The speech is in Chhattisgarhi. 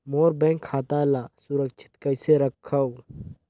मोर बैंक खाता ला सुरक्षित कइसे रखव?